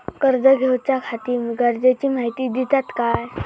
कर्ज घेऊच्याखाती गरजेची माहिती दितात काय?